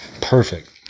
Perfect